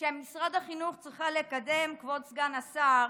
שמשרד החינוך צריך לקדם, כבוד סגן השר,